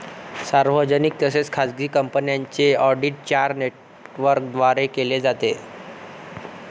सार्वजनिक तसेच खाजगी कंपन्यांचे ऑडिट चार नेटवर्कद्वारे केले जाते